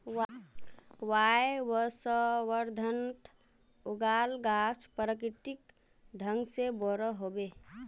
वायवसंवर्धनत उगाल गाछ प्राकृतिक ढंग से बोरो ह बे